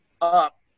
up